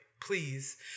please